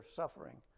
suffering